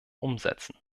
umsetzen